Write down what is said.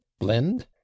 blend